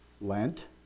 Lent